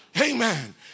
Amen